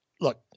look